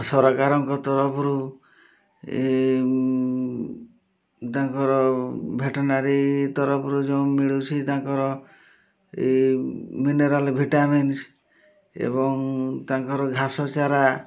ସରକାରଙ୍କ ତରଫରୁ ତାଙ୍କର ଭେଟନାରୀ ତରଫରୁ ଯେଉଁ ମିଳୁଛି ତାଙ୍କର ଏ ମିନେରାଲ୍ ଭିଟାମିନ୍ସ ଏବଂ ତାଙ୍କର ଘାସ ଚାରା